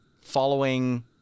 following